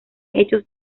hechos